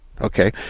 Okay